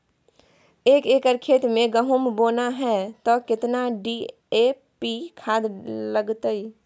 एक एकर खेत मे गहुम बोना है त केतना डी.ए.पी खाद लगतै?